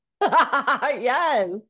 Yes